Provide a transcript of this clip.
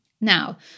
Now